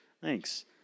Thanks